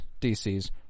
DC's